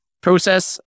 process